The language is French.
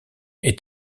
est